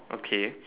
okay